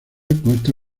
consta